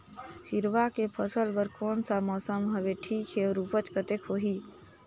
हिरवा के फसल बर कोन सा मौसम हवे ठीक हे अउर ऊपज कतेक होही?